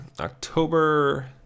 October